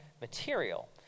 material